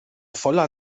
voller